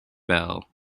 bell